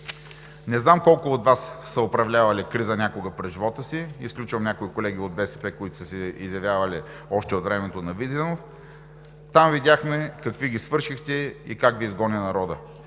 Не знам колко от Вас са управлявали криза някога през живота си, изключвам някои колеги от БСП, които са се изявявали още от времето на Виденов – там видяхме какви ги свършихте и как Ви изгони народът.